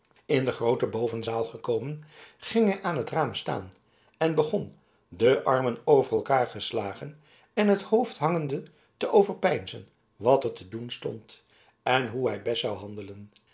in de groote bovenzaal gekomen ging hij aan het raam staan en begon de armen over elkaar geslagen en het hoofd hangende te overpeinzen wat er te doen stond en hoe hij best zou handelen